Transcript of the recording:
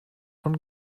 von